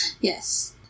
Yes